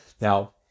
Now